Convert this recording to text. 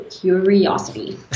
curiosity